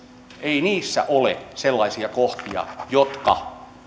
ei niissä ole sellaisia kohtia jotka